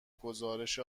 گزارش